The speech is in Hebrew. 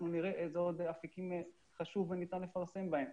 נראה איזה עוד אפיקים חשוב וניתן לפרסם בהם.